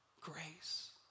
grace